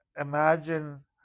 imagine